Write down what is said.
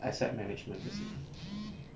asset management